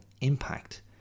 impact